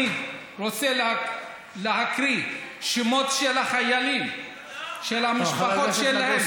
אני רוצה להקריא שמות של החיילים ושל המשפחות שלהם.